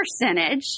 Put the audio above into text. percentage